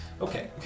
Okay